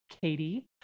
Katie